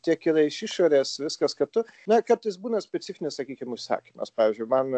kiek yra iš išorės viskas kartu na kartais būna specifinis sakykime užsakymas pavyzdžiui man